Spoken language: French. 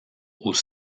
aux